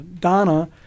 Donna